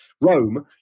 Rome